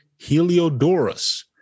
Heliodorus